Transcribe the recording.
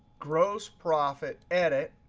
gross profit, edit,